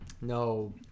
No